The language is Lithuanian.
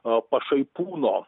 o pašaipūno